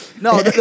no